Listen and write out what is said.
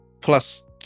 plus